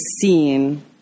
seen